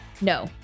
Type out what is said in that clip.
No